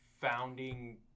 Founding